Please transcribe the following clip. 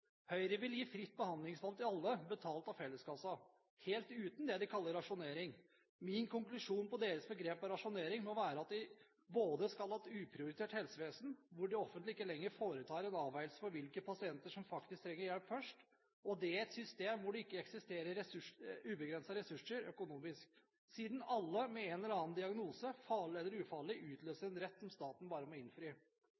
Høyre vil gi fritt behandlingsvalg til alle, betalt av felleskassa, helt uten det de kaller rasjonering. Min konklusjon når det gjelder deres bruk av begrepet rasjonering må være at de skal ha et uprioritert helsevesen, hvor det offentlige ikke lenger foretar en avveiing av hvilke pasienter som faktisk trenger hjelp først, og det i et system hvor det ikke eksisterer ubegrensede ressurser økonomisk, siden alle med en eller annen diagnose – farlig eller ufarlig – utløser